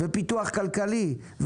פיתוח כלכלי,